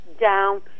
down